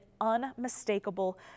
unmistakable